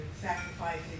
sacrificing